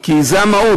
כי זאת המהות.